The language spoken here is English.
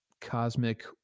cosmic